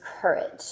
courage